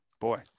boy